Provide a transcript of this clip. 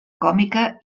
còmica